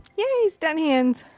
yay, stunt hands!